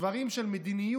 דברים של מדיניות,